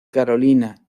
carolina